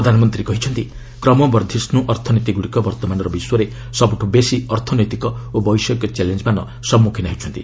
ପ୍ରଧାନମନ୍ତ୍ରୀ କହିଛନ୍ତି କ୍ରମବର୍ଦ୍ଧିଷ୍ଟ ଅର୍ଥନୀତିଗୁଡ଼ିକ ବର୍ତ୍ତମାନର ବିଶ୍ୱରେ ସବୁଠୁ ବେଶି ଅର୍ଥନୈତିକ ଓ ବୈଷୟିକ ଚ୍ୟାଲେଞ୍ଜ୍ମାନ ସମ୍ମୁଖୀନ ହେଉଛନ୍ତି